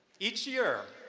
each year,